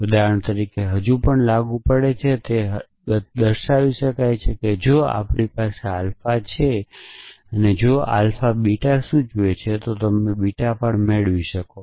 ઉદાહરણ તરીકે હજી પણ લાગુ પડે છે તે હજી પણ તે જ કહે છે કે જો આપણી પાસે આલ્ફાછે જો આપણી પાસે આલ્ફાબીટા સૂચવે છે તો તમે બીટા મેળવી શકો છો